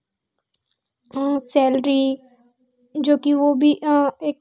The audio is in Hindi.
सैलरी जो कि वह भी एक